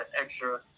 extra